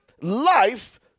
life